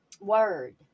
word